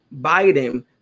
Biden